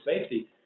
safety